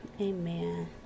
amen